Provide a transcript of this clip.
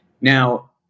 Now